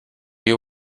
you